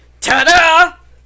Ta-da